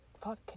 fuck